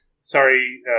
Sorry